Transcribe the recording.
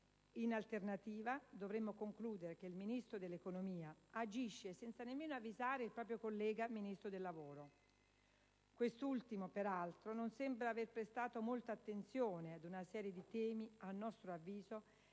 In alternativa dovremmo concludere che il Ministro dell'economia agisce senza nemmeno avvisare il proprio collega Ministro del lavoro. Quest'ultimo peraltro non sembra aver prestato molta attenzione ad una serie di temi a nostro avviso